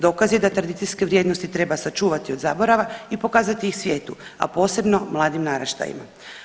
Dokaz je da tradicijske vrijednosti treba sačuvati od zaborava i pokazati ih svijetu, a posebno mladim naraštajima.